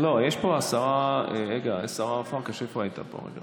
יש פה שרה, השרה פרקש הייתה פה.